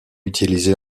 utilisé